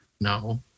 No